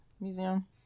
Museum